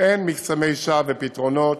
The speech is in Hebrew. אין מקסמי שווא ופתרונות,